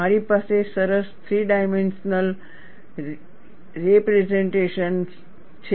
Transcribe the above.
મારી પાસે સરસ થ્રી ડાઈમેન્શનલ રેપરેઝન્ટેશન છે